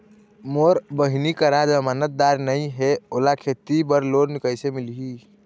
मोर बहिनी करा जमानतदार नई हे, ओला खेती बर लोन कइसे मिलही?